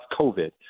COVID